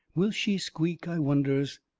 will she squeak, i wonders?